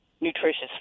nutritious